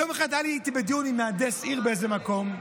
יום אחד היה איתי בדיון מהנדס עיר באיזה מקום,